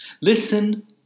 Listen